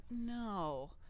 No